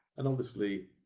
and obviously,